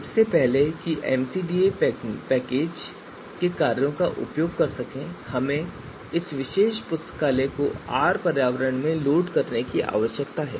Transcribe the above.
इससे पहले कि हम एमसीडीए पैकेज के कार्यों का उपयोग कर सकें हमें इस विशेष पुस्तकालय को आर पर्यावरण में लोड करने की आवश्यकता है